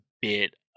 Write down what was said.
bit